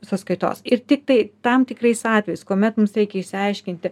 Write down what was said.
sąskaitos ir tiktai tam tikrais atvejais kuomet mums reikia išsiaiškinti